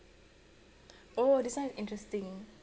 oh this one is interesting